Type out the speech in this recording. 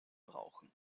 brauchen